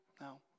No